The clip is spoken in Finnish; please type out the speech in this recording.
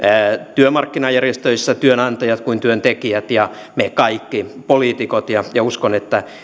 työmarkkinajärjestöissä työnantajat kuin työntekijät ja me kaikki poliitikot ja ja uskon että